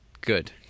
Good